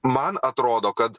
man atrodo kad